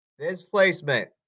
Displacement